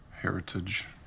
heritage